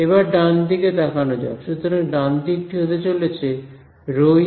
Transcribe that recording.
এবার ডান দিকে তাকানো যাক সুতরাং ডান দিক টি হতে চলেছে ρedV